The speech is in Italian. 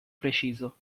preciso